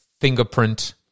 fingerprint